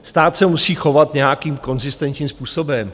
Stát se musí chovat nějakým konzistentním způsobem.